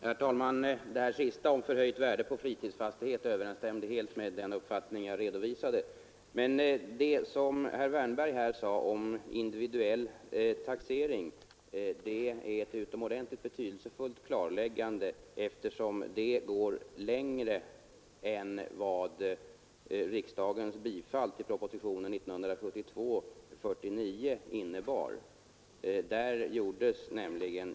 Herr talman! Det sista som sades om förhöjt värde på fritidsfastighet överensstämde helt med den uppfattning jag redovisade. Men det som herr Wärnberg sade om individuell taxering är ett utomordentligt betydelsefullt klarläggande, eftersom det går längre än vad riksdagens bifall till propositionen 49 år 1972 innebar.